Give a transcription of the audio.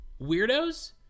weirdos